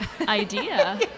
idea